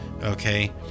okay